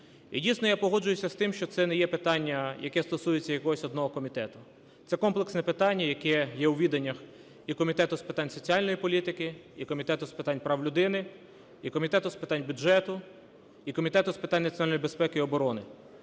І, дійсно, я погоджуюся з тим, що це не є питання, яке стосується якогось одного комітету. Це комплексне питання, яке є у відданнях і Комітету з питань соціальної політики, і Комітету з питань прав людини, і Комітету з питань бюджету, і Комітету з питань національної безпеки і оборони.